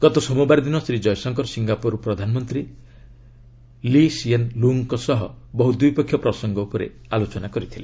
ଗତ ସୋମବାର ଦିନ ଶ୍ରୀ ଜୟଶଙ୍କର ସିଙ୍ଗାପୁର ପ୍ରଧାନମନ୍ତ୍ରୀ ଲି ସିଏନ୍ ଲୁଙ୍ଗ୍ଙ୍କ ସହ ବହୁ ଦ୍ୱିପକ୍ଷୀୟ ପ୍ରସଙ୍ଗଗୁଡ଼ିକ ଉପରେ ଆଲୋଚନା କରିଥିଲେ